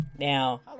now